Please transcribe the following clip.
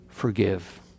forgive